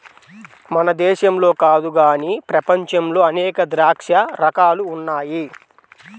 మన దేశంలో కాదు గానీ ప్రపంచంలో అనేక ద్రాక్ష రకాలు ఉన్నాయి